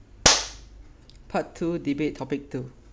part two debate topic two